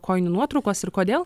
kojinių nuotraukos ir kodėl